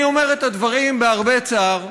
אני אומר את הדברים בהרבה צער.